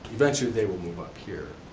eventually, they will move up here.